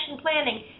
planning